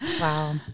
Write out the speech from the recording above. Wow